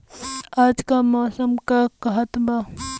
आज क मौसम का कहत बा?